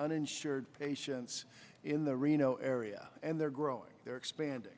uninsured patients in the reno area and they're growing they're expanding